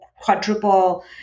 quadruple